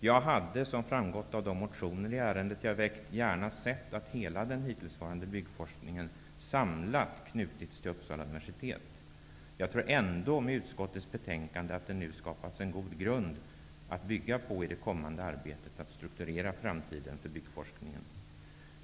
Jag hade, som framgått av de motioner i ärendet jag väckt, gärna sett att hela den hittillsvarande byggforskningen samlat knutits till Uppsala universitet. Jag tror ändå att det med utskottets betänkande nu har skapats en god grund att bygga på i det kommande arbetet med att strukturera framtiden för byggforskningen.